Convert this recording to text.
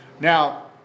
Now